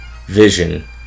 Vision